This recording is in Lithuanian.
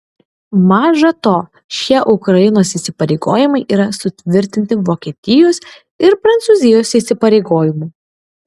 maža to šie ukrainos įsipareigojimai yra sutvirtinti vokietijos ir prancūzijos įsipareigojimų